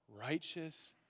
Righteous